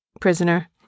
prisoner